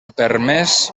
permès